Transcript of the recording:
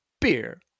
beer